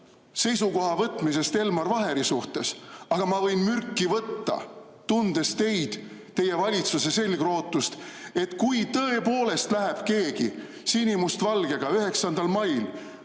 seisukoha võtmisest Elmar Vaheri suhtes. Aga ma võin mürki võtta, tundes teid, teie valitsuse selgrootust, et kui tõepoolest läheb keegi sinimustvalgega 9. mail